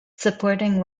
supporting